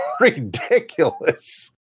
ridiculous